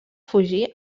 fugir